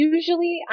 Usually